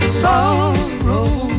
sorrow